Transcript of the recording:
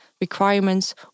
requirements